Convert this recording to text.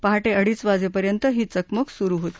पहाटे अडीच वाजेपर्यंत ही चकमक सुरु होती